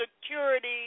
Security